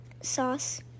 sauce